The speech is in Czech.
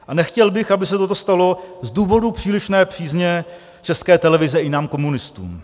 A nechtěl bych, aby se toto stalo z důvodu přílišné přízně České televize i nám komunistům.